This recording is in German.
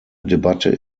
debatte